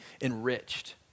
enriched